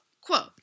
quote